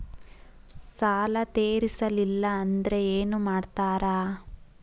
ಸಾಲ ತೇರಿಸಲಿಲ್ಲ ಅಂದ್ರೆ ಏನು ಮಾಡ್ತಾರಾ?